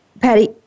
Patty